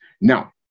Now